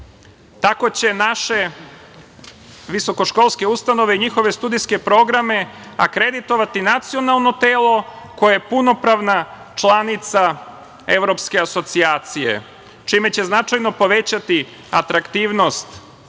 će naše visokoškolske ustanove i njihove studijske programe akreditovati nacionalno telo koje je punopravna članica Evropske asocijacije, čime će značajno povećati atraktivnost